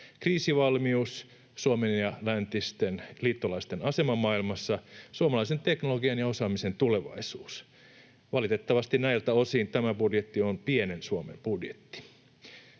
kriisivalmius, Suomen ja läntisten liittolaisten asema maailmassa, suomalaisen teknologian ja osaamisen tulevaisuus. Valitettavasti näiltä osin tämä budjetti on pienen Suomen budjetti.